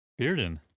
Bearden